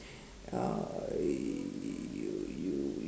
uh you you